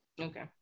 Okay